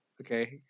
Okay